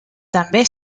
també